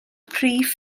prif